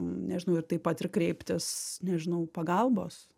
nežinau ir taip pat ir kreiptis nežinau pagalbos